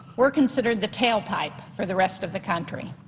we're considered the tailpipe for the rest of the country.